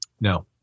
No